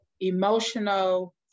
emotional